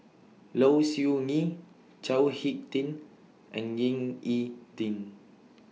Low Siew Nghee Chao Hick Tin and Ying E Ding